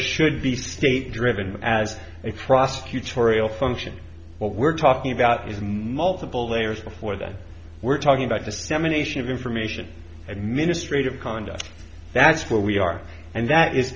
should the state driven as a prosecutorial function what we're talking about is in multiple layers before that we're talking about dissemination of information administrative conduct that's where we are and that is